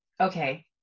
okay